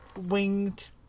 winged